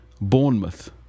Bournemouth